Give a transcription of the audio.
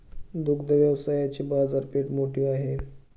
दुग्ध व्यवसायाची बाजारपेठ मोठी आहे